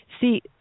See